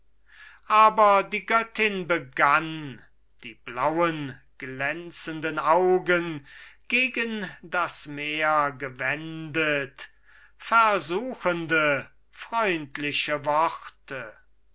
aber die göttin begann die blauen glänzenden augen gegen das meer gewendet versuchende freundliche worte